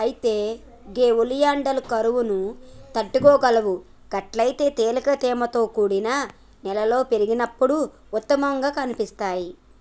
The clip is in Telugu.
అయితే గే ఒలియాండర్లు కరువును తట్టుకోగలవు గట్లయితే తేలికగా తేమతో కూడిన నేలలో పెరిగినప్పుడు ఉత్తమంగా కనిపిస్తాయి